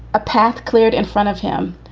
a path cleared in front of him.